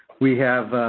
we have